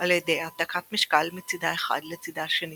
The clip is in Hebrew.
על ידי העתקת משקל מצידה האחד לצידה השני